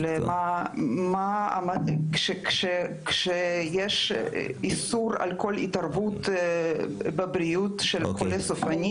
מה קרה כשבסין היה גל תחלואה מאוד רחב.